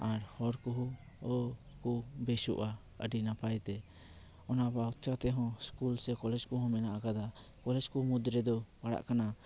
ᱟᱨ ᱦᱚᱲ ᱠᱚᱦᱚᱸ ᱠᱚ ᱵᱮᱥᱚᱜᱼᱟ ᱟᱹᱰᱤ ᱱᱟᱯᱟᱭ ᱛᱮ ᱚᱱᱟ ᱵᱟᱫ ᱠᱟᱛᱮᱦᱚᱸ ᱥᱠᱩᱞ ᱥᱮ ᱠᱚᱞᱮᱡᱽ ᱠᱚᱦᱚᱸ ᱢᱮᱱᱟᱜ ᱟᱠᱟᱫᱟ ᱠᱚᱞᱮᱞᱽ ᱠᱚ ᱢᱩᱫ ᱨᱮᱫᱚ ᱯᱟᱲᱟᱜ ᱠᱟᱱᱟ